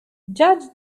judge